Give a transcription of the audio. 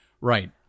Right